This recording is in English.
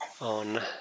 on